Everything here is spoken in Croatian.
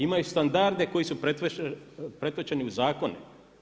Imaju standarde koji su pretočeni u zakone.